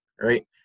right